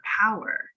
power